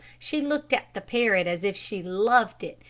she looked at the parrot as if she loved it,